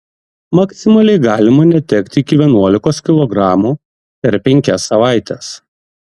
maksimaliai galima netekti iki vienuolikos kilogramų per penkias savaites